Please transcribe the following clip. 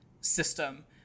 system